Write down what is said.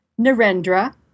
Narendra